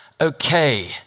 Okay